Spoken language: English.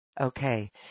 Okay